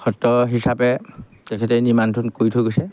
সত্ৰ হিচাপে তেখেতে নিৰ্মাণ কৰি থৈ গৈছে